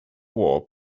war